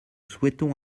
souhaitons